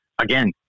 Again